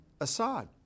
Assad